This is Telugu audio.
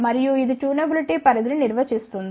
మరియు ఇది ట్యూనబిలిటీ పరిధిని నిర్వచిస్తుంది